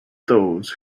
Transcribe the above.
those